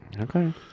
Okay